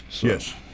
Yes